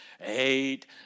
eight